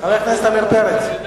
חבר הכנסת עמיר פרץ.